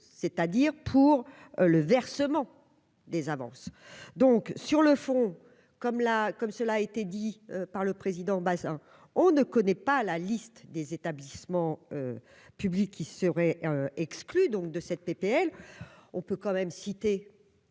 c'est-à-dire pour le versement des avances donc sur le fond comme la comme cela a été dit par le président Bazin on ne connaît pas la liste des établissements publics qui seraient exclus donc de cette PPL, on peut quand même citer